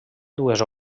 dues